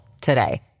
today